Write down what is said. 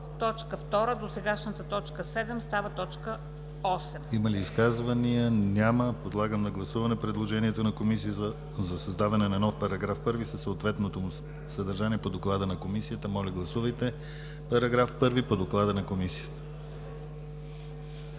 Има ли изказвания? Няма. Подлагам на гласуване предложението на Комисията за създаване на нов § 1 със съответното му съдържание по доклада на Комисията. Моля, гласувайте § 1 по доклада на Комисията.